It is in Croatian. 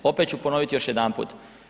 Opet ću ponoviti još jedanput.